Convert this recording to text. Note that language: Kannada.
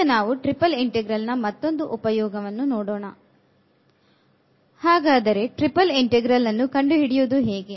ಈಗ ನಾವು ಟ್ರಿಪಲ್ ಇಂಟೆಗ್ರಲ್ ನ ಮತ್ತೊಂದು ಉಪಯೋಗವನ್ನು ನೋಡೋಣ ಹಾಗಾದರೆ ಟ್ರಿಪಲ್ ಇಂಟೆಗ್ರಲ್ ಅನ್ನು ಕಂಡು ಹಿಡಿಯುವುದು ಹೇಗೆ